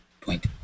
point